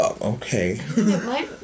Okay